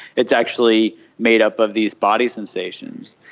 it's actually made up of these body sensations,